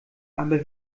aber